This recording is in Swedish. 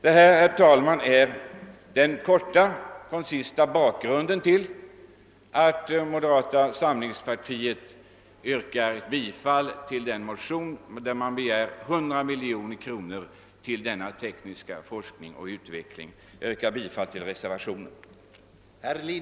Detta, herr talman, är helt kort och koncist bakgrunden till att moderata samlingspartiet yrkar bifall till den motion där det begärs 100 miljoner kronor för denna tekniska forskning och utveckling. Jag ber att få yrka bifall till reservationen.